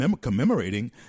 commemorating